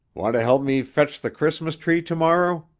want to help me fetch the christmas tree tomorrow?